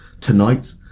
tonight